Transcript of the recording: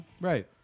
Right